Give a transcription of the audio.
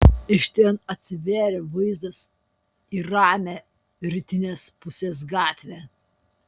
iš ten atsivėrė vaizdas į ramią rytinės pusės gatvę